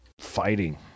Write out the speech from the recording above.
fighting